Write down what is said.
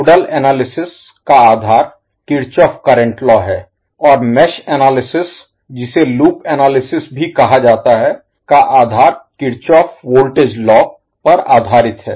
nodal analysis विश्लेषण Analysis का आधार किरचॉफ करंट लॉ है और मेष एनालिसिस विश्लेषण Analysis जिसे लूप एनालिसिस विश्लेषण Analysis भी कहा जाता है का आधार किरचॉफ वोल्टेज लॉ पर आधारित है